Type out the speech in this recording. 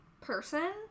person